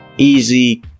Easy